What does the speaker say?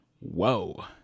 whoa